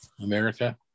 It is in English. America